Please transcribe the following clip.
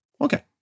Okay